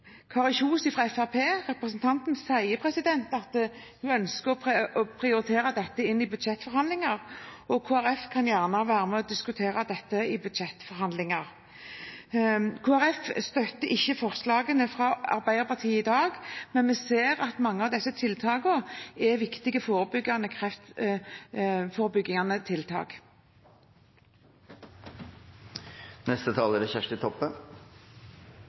hun ønsker å prioritere dette i budsjettforhandlinger. Kristelig Folkeparti kan gjerne være med og diskutere dette i budsjettforhandlinger. Kristelig Folkeparti støtter ikke forslagene fra Arbeiderpartiet i dag, men vi ser at mange av disse tiltakene er viktige kreftforebyggende tiltak. Dette representantforslaget frå Arbeidarpartiet er